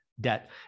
debt